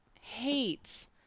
hates